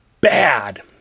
bad